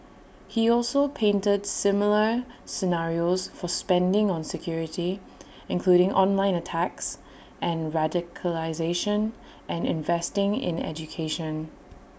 he also painted similar scenarios for spending on security including online attacks and radicalisation and investing in education